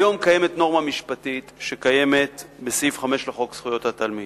היום קיימת נורמה משפטית שקיימת בסעיף 5 לחוק זכויות התלמיד.